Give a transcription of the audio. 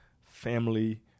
family